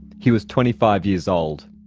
he was twenty five years old.